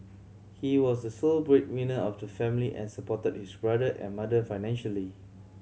he was the sole breadwinner of the family and supported his brother and mother financially